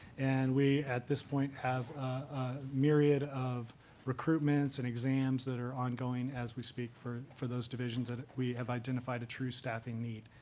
and we, at this point, have a myriad of recruitments and exams that are ongoing as we speak for for those divisions that we have identified a true staffing need.